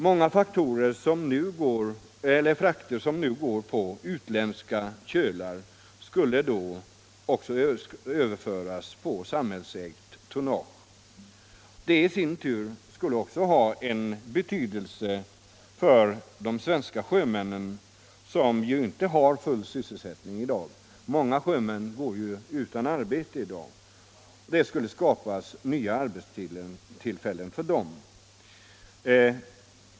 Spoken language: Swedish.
Många frakter som nu går på utländska kölar skulle då överföras på samhällsägt tonnage. Detta i sin tur skulle ha stor betydelse för de svenska sjömännen, som inte har full sysselsättning i dag - många sjömän går ju i dag utan arbete. Nya arbetstillfällen skulle skapas för dem.